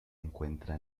encuentra